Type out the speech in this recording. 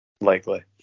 Likely